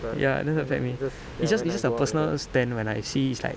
ya it doesn't affect me it's just it's just a personal stand when I see it's like